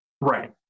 Right